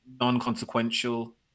non-consequential